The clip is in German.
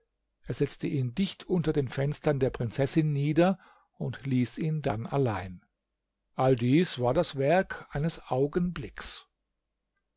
setzte ihn dicht unter den fenstern der prinzessin nieder und ließ ihn dann allein alles dies war das werk eines augenblicks